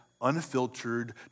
unfiltered